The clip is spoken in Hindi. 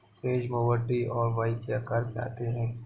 हेज मोवर टी और वाई के आकार में आते हैं